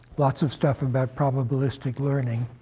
lots of stuff about probabilistic learning,